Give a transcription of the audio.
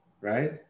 right